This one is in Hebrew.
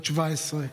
בת 17,